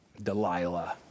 Delilah